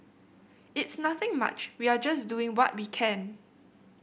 it's nothing much we are just doing what we can